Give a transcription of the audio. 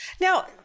Now